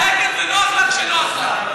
היא צודקת ונוח לה כשנוח לה.